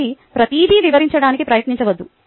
కాబట్టి ప్రతిదీ వివరించడానికి ప్రయత్నించవద్దు